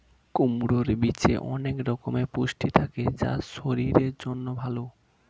কুমড়োর বীজে অনেক রকমের পুষ্টি থাকে যা শরীরের জন্য ভালো